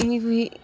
ఇవి